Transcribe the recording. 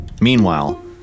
Meanwhile